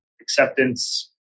acceptance